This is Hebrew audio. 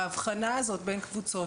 ההבחנה הזאת בין קבוצות,